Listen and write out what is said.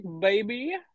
baby